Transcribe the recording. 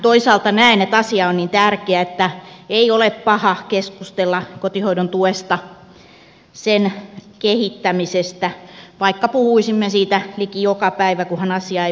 toisaalta näen että asia on niin tärkeä että ei ole paha keskustella kotihoidon tuesta sen kehittämisestä vaikka puhuisimme siitä liki joka päivä kunhan asia ei väljäänny